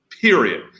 Period